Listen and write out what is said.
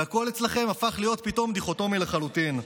והכול אצלכם הפך להיות פתאום דיכוטומי לחלוטין.